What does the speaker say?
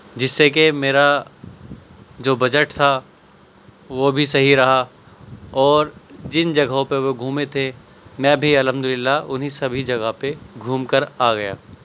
جس سے کہ میرا جو بجٹ تھا وہ بھی صحیح رہا اور جن جگہوں پہ وہ گھومے تھے میں بھی الحمد للہ انہیں سبھی جگہ پہ گھوم کر آ گیا